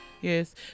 Yes